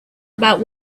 about